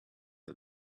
are